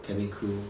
cabin crew